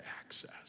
access